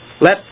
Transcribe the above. Let